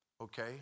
okay